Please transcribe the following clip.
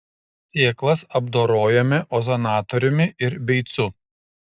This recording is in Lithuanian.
sėklas apdorojome ozonatoriumi ir beicu